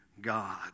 God